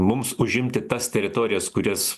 mums užimti tas teritorijas kurias